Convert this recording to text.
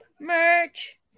merch